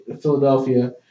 Philadelphia